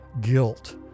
guilt